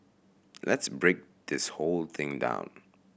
let's break this whole thing down